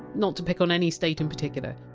not to pick on any state in particular.